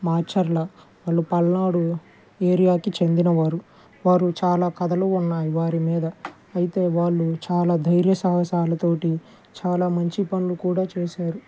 మాచర్ల వాళ్ళు పాల్నాడు ఏరియాకి చెందినవారు వారు చాలా కథలు ఉన్నాయి వారి మీద అయితే వాళ్ళు చాలా ధైర్య సాహసాలతోటి చాలా మంచి పనులు కూడా చేశారు